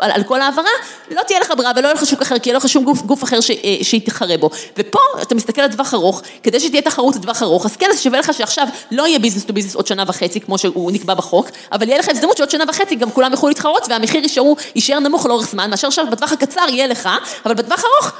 על כל העברה, לא תהיה לך ברירה ולא יהיה לך שוק אחר, כי אין לך שום גוף אחר שיתחרה בו. ופה, אתה מסתכל על טווח ארוך, כדי שתהיה תחרות לדבך ארוך, אז כן, זה שווה לך שעכשיו לא יהיה ביזנס לביזנס עוד שנה וחצי, כמו שהוא נקבע בחוק, אבל יהיה לך הזדמנות שעוד שנה וחצי גם כולם יכולו להתחרות והמחיר יישאר נמוך לאורך זמן, מאשר שעכשיו בטווח הקצר יהיה לך, אבל בטווח הארוך...